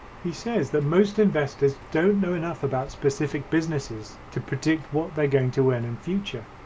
he says the most investors don't know enough about specific businesses to predict what they're going to earn in future.